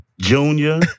junior